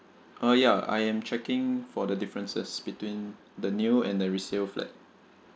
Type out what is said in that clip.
uh ya I am checking for the differences between the new and the resale flat